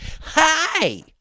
hi